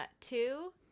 Two